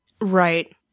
right